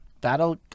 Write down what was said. That'll